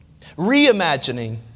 Reimagining